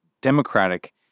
Democratic